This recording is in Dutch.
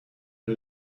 een